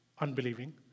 unbelieving